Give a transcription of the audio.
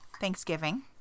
Thanksgiving